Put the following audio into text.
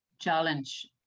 challenge